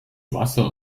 wasser